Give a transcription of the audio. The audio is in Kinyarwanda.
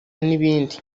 n’ibindi